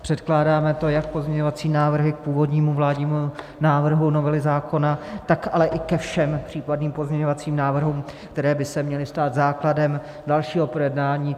Předkládáme to jak pozměňovací návrhy k původnímu vládnímu návrhu novely zákona, tak ale i ke všem případným pozměňovacím návrhům, které by se měly stát základem dalšího projednání.